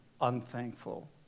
unthankful